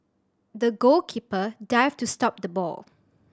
the goalkeeper dived to stop the ball